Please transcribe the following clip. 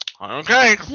Okay